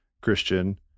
christian